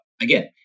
Again